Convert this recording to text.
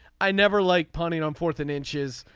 i never like punting on fourth and inches.